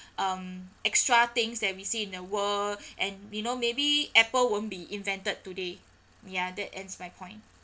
um extra things that we see in the world and you know maybe apple won't be invented today ya that ends my point